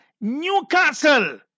Newcastle